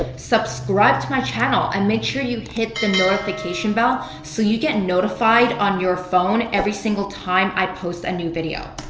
ah subscribe to my channel and make sure you hit the notification bell so you get notified on your phone every single time i post a new video.